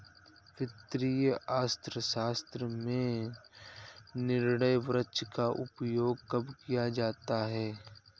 वित्तीय अर्थशास्त्र में निर्णय वृक्ष का उपयोग कब किया जाता है?